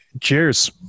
Cheers